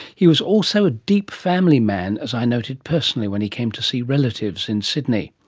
he was also a deep family man, as i noted personally when he came to see relatives in sydney.